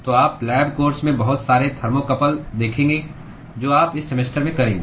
तो आप lab course में बहुत सारे थर्मोकपल देखेंगे जो आप इस सेमेस्टर में करेंगे